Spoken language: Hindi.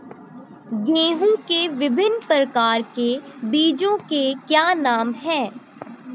गेहूँ के विभिन्न प्रकार के बीजों के क्या नाम हैं?